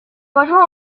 rejoint